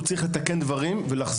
אלא בגלל שהוא צריך לתקן דברים ולחזור.